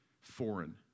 foreign